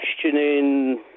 questioning